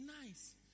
nice